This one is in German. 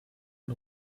ein